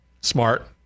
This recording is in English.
Smart